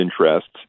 interests